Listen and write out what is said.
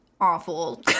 awful